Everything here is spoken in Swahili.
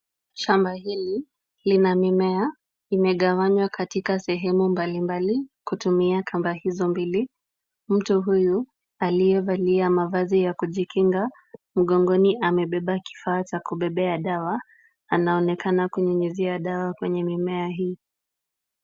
Shamba hili lina mimea imegawanywa katika sehemu mbalimbali kutumia kamba hizo mbili. Mtu huyu aliyevalia mavazi ya kujikinga mgongoni amebeba kifaa cha kubebea dawa anaonekana kunyunyuzia dawa kwenye mimea hii.